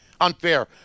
Unfair